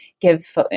give